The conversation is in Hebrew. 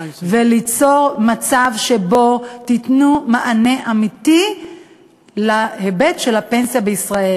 ליצור מצב שבו תיתנו מענה אמיתי על ההיבט של הפנסיה בישראל,